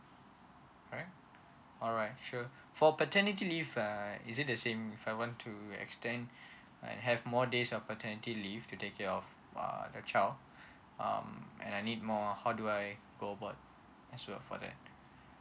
alright alright sure for paternity leave uh is it the same if I want to extend and have more days of paternity leave to take care of the child um and I need more how do I go about as well for that